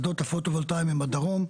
השדות ה-פוטו-וולטאים הם בדרום.